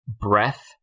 breath